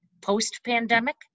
post-pandemic